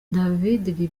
david